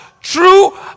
true